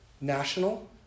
National